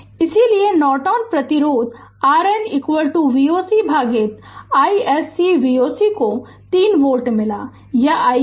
और इसलिए नॉर्टन प्रतिरोध RN V o c भागित iSC V o c को 3 वोल्ट मिला और यह iSC है और यह r 5 Ω है